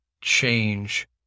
change